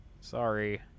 Sorry